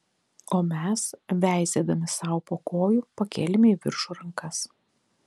o mes veizėdami sau po kojų pakėlėme į viršų rankas